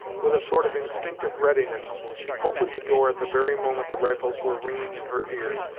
with a sort of instinctive readiness, she opened the door at the very moment the rifles were ringing in her ears,